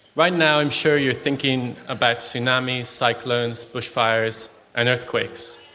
right now i'm sure you're thinking about tsunamis, cyclones, bushfires and earthquakes.